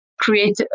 create